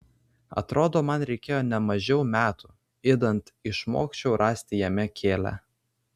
atrodo man reikėjo ne mažiau metų idant išmokčiau rasti jame kėlią